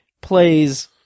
plays